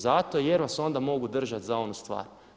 Zato jer vas onda mogu držati za onu stvar.